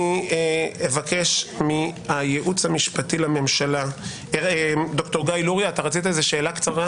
ד"ר גיא לוריא, רצית שאלה קצרה?